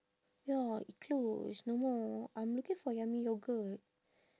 ya it closed no more I'm looking for yummy yogurt